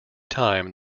time